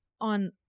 on